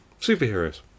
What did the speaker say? Superheroes